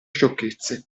sciocchezze